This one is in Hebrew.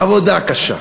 עבודה קשה,